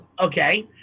okay